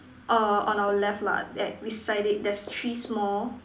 orh on our left lah at beside it there's three small